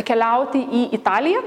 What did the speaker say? keliauti į italiją